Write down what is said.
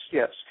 yes